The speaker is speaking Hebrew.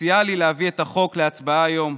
שסייע לי להביא את החוק להצבעה היום,